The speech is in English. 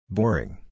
Boring